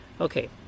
Okay